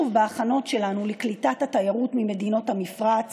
בהכנות שלנו לקליטת התיירות ממדינות המפרץ